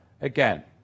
again